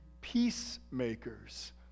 peacemakers